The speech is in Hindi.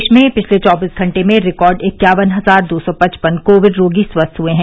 देश में पिछले चौबीस घंटे में रिकॉर्ड इक्यावन हजार दो सौ पचपन कोविड रोगी स्वस्थ हुए हैं